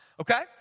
Okay